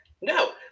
No